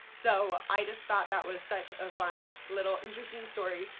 so i just thought that was such a fun little interesting story.